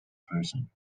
person